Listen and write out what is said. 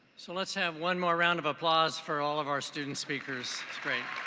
so let's have one more round of applause for all of our student speakers.